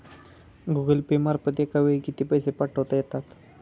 Google Pay मार्फत एका वेळी किती पैसे पाठवता येतात?